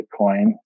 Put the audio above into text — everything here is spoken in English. Bitcoin